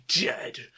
dead